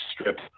strip